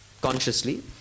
consciously